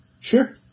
sure